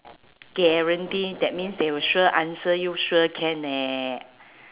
guarantee that means they will sure answer you sure can leh